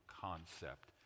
concept